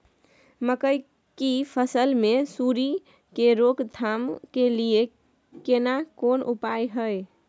मकई की फसल मे सुंडी के रोक थाम के लिये केना कोन उपाय हय?